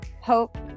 hope